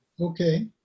Okay